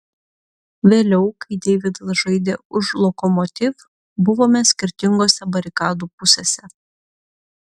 vėliau kai deividas žaidė už lokomotiv buvome skirtingose barikadų pusėse